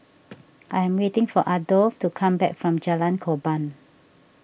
I'm waiting for Adolf to come back from Jalan Korban